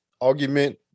argument